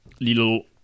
little